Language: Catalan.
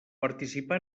participà